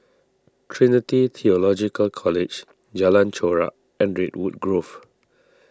Trinity theological College Jalan Chorak and Redwood Grove